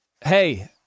hey